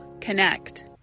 connect